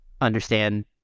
understand